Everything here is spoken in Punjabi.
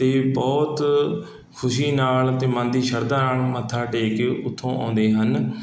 ਇਹ ਬਹੁਤ ਖੁਸ਼ੀ ਨਾਲ਼ ਅਤੇ ਮਨ ਦੀ ਸ਼ਰਧਾ ਨਾਲ ਮੱਥਾ ਟੇਕ ਕੇ ਉੱਥੋਂ ਆਉਂਦੇ ਹਨ